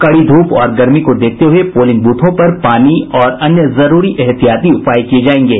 कड़ी धूप और गर्मी को देखते हुये पोलिंग ब्रथों पर पानी और अन्य जरूरी एहतियाती उपाय किये जायेंगे